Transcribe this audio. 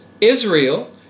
Israel